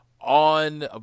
on